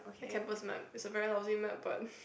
a campus map it's a very lousy map but